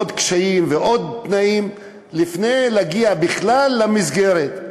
עוד קשיים ועוד תנאים לפני שמגיעים בכלל למסגרת.